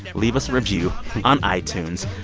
leave us review on itunes.